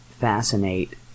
fascinate